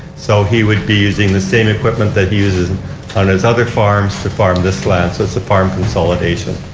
so he would be using the same equipment that he uses on his other farms to farm this land. it so is a farm consolidation.